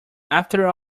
after